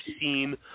seen